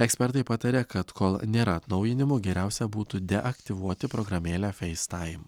ekspertai pataria kad kol nėra atnaujinimų geriausia būtų aktyvuoti programėlę facetime